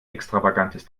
extravagantes